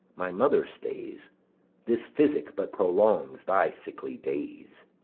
my mother stays this physic but prolongs thy sickly days.